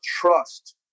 trust